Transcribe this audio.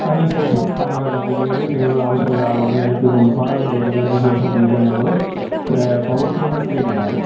അതിനുശേഷം നമ്മുടെ കമ്പനിയിൽ കേബിൾ ആവശ്യമില്ലാതെ വന്നുകഴിഞ്ഞപ്പോൾ ഇതിന് ഉത്പാദനം തീർന്നതിന് ശേഷം വീണ്ടും ഞങ്ങൾ പവർ കേബിൾസിലേക്ക് മാറി